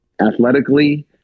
athletically